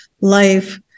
life